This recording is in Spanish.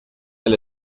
del